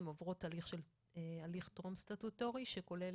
הן עוברות הליך טרום-סטטוטורי שכולל